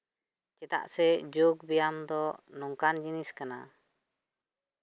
ᱪᱮᱫᱟᱜ ᱥᱮ ᱡᱳᱜᱽ ᱵᱮᱭᱟᱢ ᱫᱚ ᱱᱚᱝᱠᱟᱱ ᱡᱤᱱᱤᱥ ᱠᱟᱱᱟ